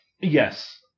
Yes